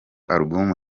alubum